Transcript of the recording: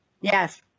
yes